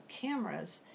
cameras